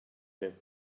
him